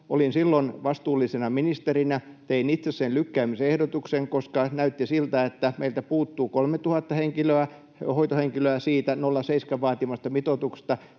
Olin silloin vastuullisena ministerinä. Tein itse sen lykkäämisehdotuksen, koska näytti siltä, että meiltä puuttuu 3 000 hoitohenkilöä siitä 0,7:n vaatimasta mitoituksesta